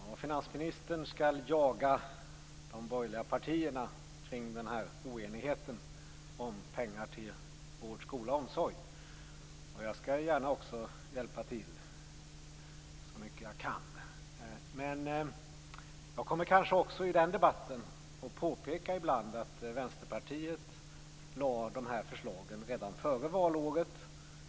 Herr talman! Finansministern skall jaga de borgerliga partierna kring oenigheten om pengar till vård, skola och omsorg. Jag skall gärna hjälpa till så mycket jag kan. Men jag kommer kanske också att i den debatten ibland påpeka att Vänsterpartiet lade fram de här förslagen redan före valåret.